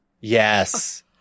Yes